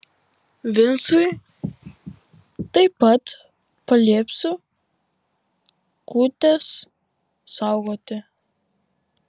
vincui taip pat paliepsiu kūtės saugoti